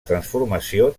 transformació